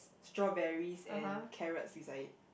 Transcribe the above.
strawberries and carrots beside it